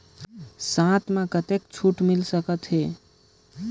साथ म कतेक छूट मिल सकथे?